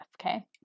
okay